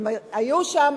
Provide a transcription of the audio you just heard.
הן היו שם,